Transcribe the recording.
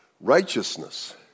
Righteousness